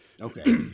okay